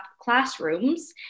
classrooms